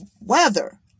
weather